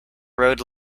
road